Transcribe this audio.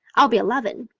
i'll be eleven.